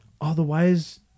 otherwise